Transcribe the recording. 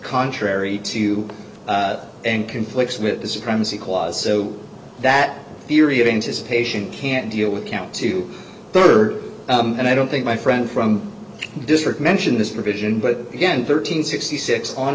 contrary to and conflicts with the supremacy clause so that theory of anticipation can deal with count to third and i don't think my friend from the district mentioned this provision but again thirteen sixty six on